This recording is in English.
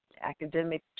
academic